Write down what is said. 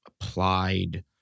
applied